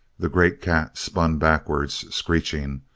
the great cat spun backwards, screeching,